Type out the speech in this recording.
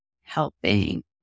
helping